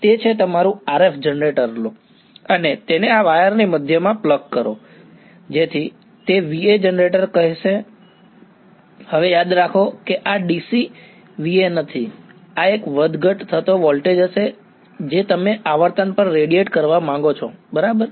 તેથી તે છે તમારું RF જનરેટર લો અને તેને આ વાયર ની મધ્યમાં પ્લગ કરો જેથી તે V A જનરેટ કરશે હવે યાદ રાખો કે આ DC VA નથી આ એક વધઘટ થતો વોલ્ટેજ હશે જે તમે આવર્તન પર રેડિયેટ કરવા માંગો છો બરાબર